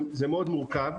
זה מאוד מורכב.